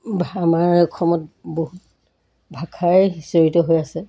আমাৰ অসমত বহুত ভাষাই জড়িত হৈ আছে